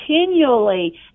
continually